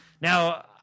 Now